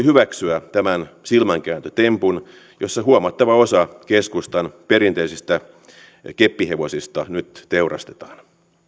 hyväksyä tämän silmänkääntötempun jossa huomattava osa keskustan perinteisistä keppihevosista nyt teurastetaan